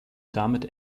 damit